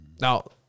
Now